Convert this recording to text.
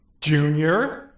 Junior